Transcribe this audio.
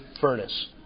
furnace